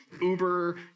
uber